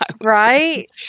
right